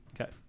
Okay